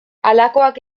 halakoak